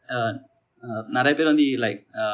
uh uh நிரைய பேர் வந்து:niraiya per vanthu like